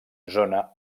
zona